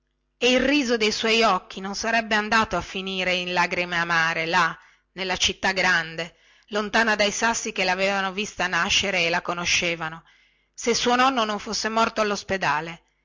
e il riso dei suoi occhi non sarebbe andato a finire in lagrime amare là nella città grande lontana dai sassi che lavevano vista nascere e la conoscevano se il suo nonno non fosse morto allospedale